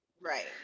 right